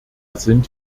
sind